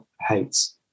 hates